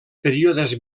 períodes